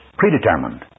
predetermined